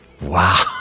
Wow